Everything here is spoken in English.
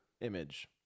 image